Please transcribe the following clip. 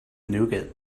nougat